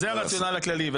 אז זה הרציונל הכללי.